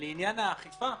לעניין האכיפה,